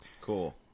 Cool